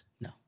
No